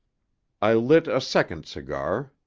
i lit a second cigar.